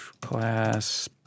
Class